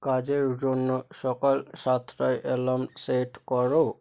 কাজের জন্য সকাল সাতটায় অ্যালার্ম সেট করো